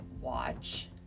watch